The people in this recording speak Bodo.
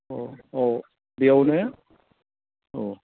अ अ बेयाव ने औ